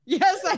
Yes